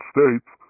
States